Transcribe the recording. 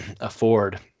afford